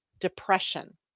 depression